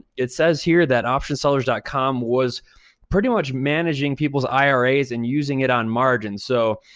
it says here that optionsellers dot com was pretty much managing people's iras and using it on margins. so